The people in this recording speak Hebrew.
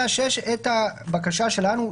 מאשש את הבקשה שלנו,